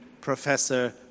Professor